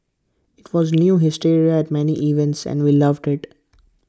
IT was near hysteria at many events and we loved IT